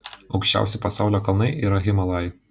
aukščiausi pasaulio kalnai yra himalajai